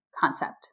concept